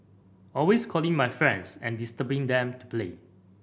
always calling my friends and disturbing them to play